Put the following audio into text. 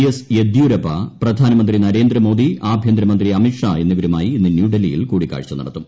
ക്ക്സ്ട് ്യെദ്യൂരപ്പ പ്രധാനമന്ത്രി നരേന്ദ്രമോദി ആഭ്യന്തരമന്ത്രി അമിത്ഷാ എന്നിവരുമായി ഇന്ന് ന്യൂഡൽഹിയിൽ കൂടിക്കാഴ്ച നടത്തും